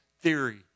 theory